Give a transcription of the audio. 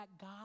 God